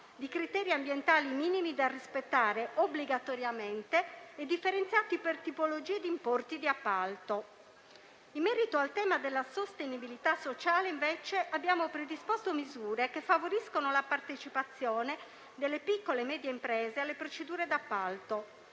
di criteri ambientali minimi da rispettare obbligatoriamente e differenziati per tipologia di importi di appalto. In merito al tema della sostenibilità sociale, invece, abbiamo predisposto misure che favoriscono la partecipazione delle piccole e medie imprese alle procedure d'appalto.